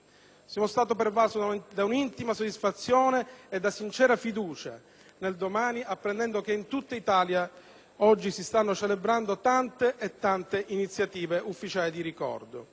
Sono stato pervaso da un'intima soddisfazione e da sincera fiducia nel domani apprendendo che in tutta Italia oggi si stanno celebrando tante e tante iniziative ufficiali di ricordo.